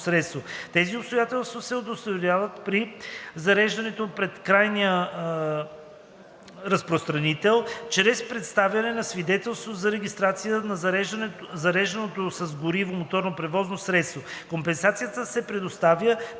Тези обстоятелства се удостоверяват при зареждането пред крайния разпространител чрез представяне на свидетелството за регистрация на зарежданото с гориво моторно превозно средство. Компенсацията се предоставя